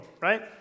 right